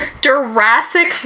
Jurassic